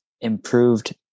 improved